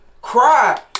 Cry